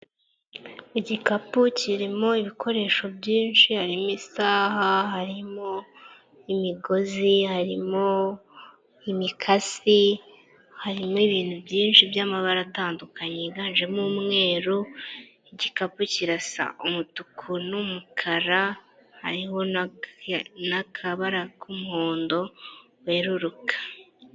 Igikapu kirimo ibikoresho byinshi; harimo isaha, harimo imigozi, harimo imikasi, harimo ibintu byinshi by'amabara atandukanye yiganjemo umweru; igikapu kirasa umutuku n'umukara hariho n'akabara k'umuhondo weruruka.